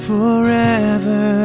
forever